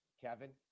Kevin